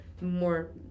more